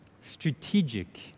strategic